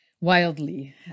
wildly